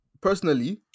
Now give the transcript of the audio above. personally